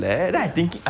ya